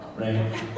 right